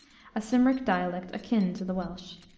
a cymric dialect akin to the welsh.